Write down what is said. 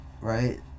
right